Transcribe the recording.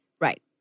Right